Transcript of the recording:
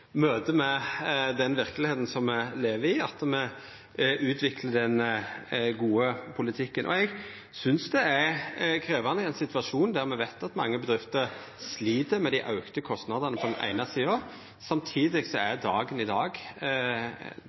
med den verkelegheita me lever i, at me utviklar den gode politikken. Eg synest det er krevjande i ein situasjon der me på den eine sida veit at mange bedrifter slit med dei auka kostnadene, samtidig som dagen i dag er den dagen i